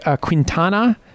Quintana